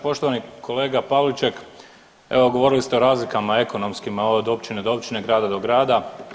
Poštovani kolega Pavliček, evo govorili ste o razlikama ekonomskima od općine do općine, grada do grada.